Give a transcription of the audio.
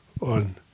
on